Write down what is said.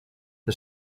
the